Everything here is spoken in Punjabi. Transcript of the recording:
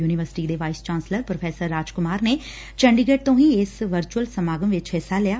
ਯੂਨੀਵਰਸਿਟੀ ਦੇ vice chancellor professor Raj Kumar ਨੇ ਚੰਡੀਗੜ੍ਜ ਤੋ ਹੀ ਇਸ ਵਰਚੂਅਲ ਸਮਾਗਮ ਵਿਚ ਹਿੱਸਾ ਲਿਆ